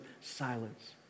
silence